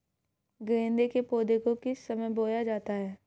गेंदे के पौधे को किस समय बोया जाता है?